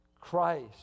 Christ